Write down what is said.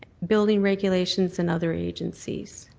building regulations, and other agencies.